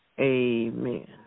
Amen